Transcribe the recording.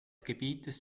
gebietes